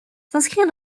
s’inscrit